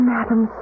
Madam